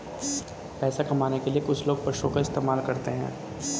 पैसा कमाने के लिए कुछ लोग पशुओं का इस्तेमाल करते हैं